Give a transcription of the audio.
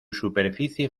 superficie